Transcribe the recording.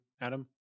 Adam